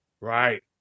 Right